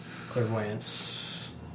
Clairvoyance